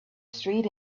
street